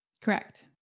Correct